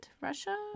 Russia